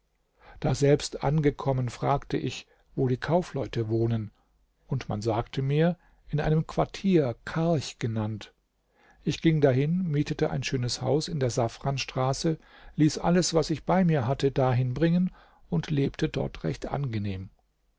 daselbst angekommen fragte ich wo die kaufleute wohnen und man sagte mir in einem quartier karch genannt ich ging dahin mietete ein schönes haus in der safranstraße ließ alles was ich bei mir hatte dahin bringen und lebte dort recht angenehm